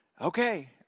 Okay